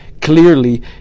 clearly